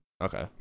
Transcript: Okay